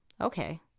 Okay